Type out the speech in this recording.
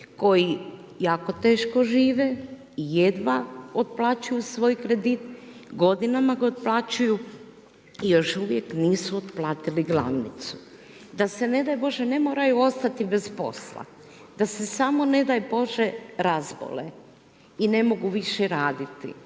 koji jako teško žive i jedva otplaćuju svoj kredit, godinama ga otplaćuju i još uvijek nisu otplatili glavnicu. Da se ne daj Bože ne moraju ostati bez posla, da se samo ne daj Bože razbole i ne mogu više radi,